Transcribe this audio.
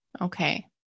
Okay